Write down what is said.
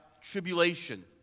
tribulation